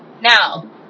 now